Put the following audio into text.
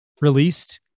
released